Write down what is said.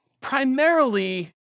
primarily